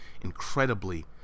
incredibly